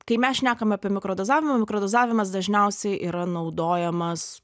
kai mes šnekam apie mikrodozavimą mikrodozavimas dažniausiai yra naudojamas